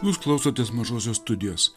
jūs klausotės mažosios studijos